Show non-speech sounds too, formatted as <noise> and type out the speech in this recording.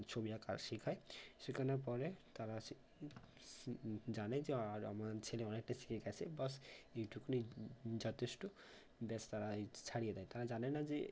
ছবি আঁকা শেখায় শেখানোর পরে তারা <unintelligible> <unintelligible> জানে যে আর আমার ছেলে অনেকটা শিখে গিয়েছে ব্যাস এইটুকু যথেষ্ট ব্যাস তারা এই ছাড়িয়ে দেয় তারা জানে না যে